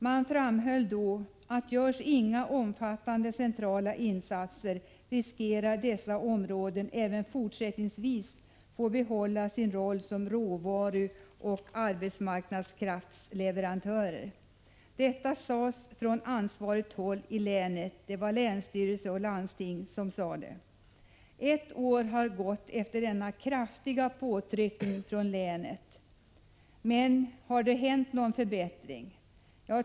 Man framhöll då att om inga omfattande centrala insatser gjordes skulle dessa områden riskera att även fortsättningsvis få behålla sin roll som råvaruoch arbetskraftsleverantörer. Detta sades från ansvarigt håll i länet, av länsstyrelse och landsting. Ett år har gått efter denna kraftiga påtryckning från länet. Men har det skett någon förbättring?